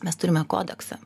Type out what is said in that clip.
mes turime kodeksą